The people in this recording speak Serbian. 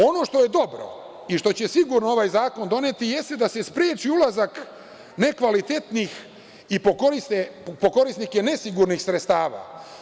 Ono što je dobro i što će sigurno ovaj zakon doneti jeste da se spreči ulazak nekvalitetnih i po korisnike nesigurnih sredstava.